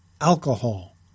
alcohol